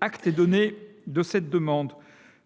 Pour l’examen de ce texte,